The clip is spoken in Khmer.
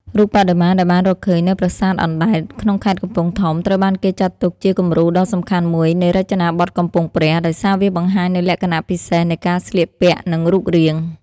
រូបបដិមាដែលបានរកឃើញនៅ ប្រាសាទអណ្តែត ក្នុងខេត្តកំពង់ធំ ត្រូវបានគេចាត់ទុកជាគំរូដ៏សំខាន់មួយនៃរចនាបថកំពង់ព្រះ ដោយសារវាបង្ហាញនូវលក្ខណៈពិសេសនៃការស្លៀកពាក់ និងរូបរាង។